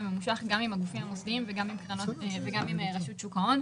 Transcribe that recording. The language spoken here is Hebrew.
וממושך גם עם הגופים המוסדיים וגם עם רשות שוק ההון.